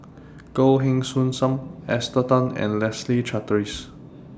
Goh Heng Soon SAM Esther Tan and Leslie Charteris